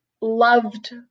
loved